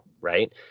right